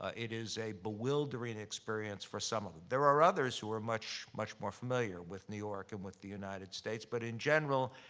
ah it is a bewildering experience for some of them. there are others who are much much more familiar with new york and with the united states, but in general,